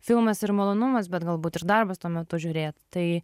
filmas ir malonumas bet galbūt ir darbas tuo metu žiūrėt tai